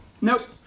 Nope